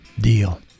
deal